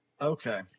Okay